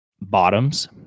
bottoms